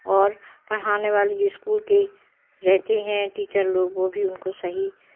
और पढ़ाने वाली जो स्कूल की रहते हैं टीचर लोग वो भी उनको सही